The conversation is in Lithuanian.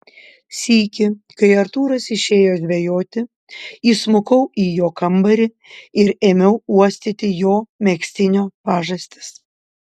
sykį kai artūras išėjo žvejoti įsmukau į jo kambarį ir ėmiau uostyti jo megztinio pažastis